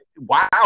Wow